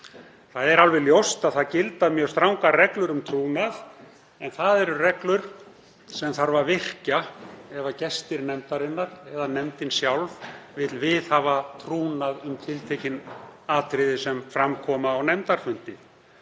Það er alveg ljóst að það gilda mjög strangar reglur um trúnað, en það eru reglur sem þarf að virkja ef gestir nefndarinnar eða nefndin sjálf vill viðhafa trúnað um tiltekin atriði sem fram koma á nefndarfundi.